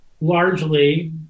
largely